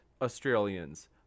Australians